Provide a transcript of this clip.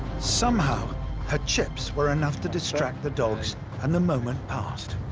somehow her chips were enough to distract the dogs and the moment passed.